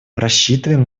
рассчитываем